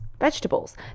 Vegetables